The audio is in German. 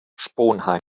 sponheim